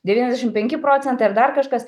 devyniasdešim penki procentai ar dar kažkas